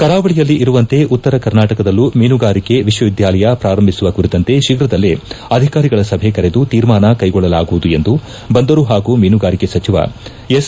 ಕರಾವಳಿಯಲ್ಲಿ ಇರುವಂತೆ ಉತ್ತರ ಕರ್ನಾಟಕದಲ್ಲೂ ಮೀನುಗಾರಿಕೆ ವಿಶ್ವವಿದ್ಯಾಲಯ ಪ್ರಾರಂಭಿಸುವ ಕುರಿತಂತೆ ಶೀಘದಲ್ಲೇ ಅಧಿಕಾರಿಗಳ ಸಭೆ ಕರೆದು ತೀರ್ಮಾನ ಕೈಗೊಳ್ಳಲಾಗುವುದು ಎಂದು ಬಂದರು ಹಾಗೂ ಮೀನುಗಾರಿಕೆ ಸಚಿವ ಎಸ್